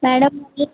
madam అది